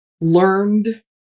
learned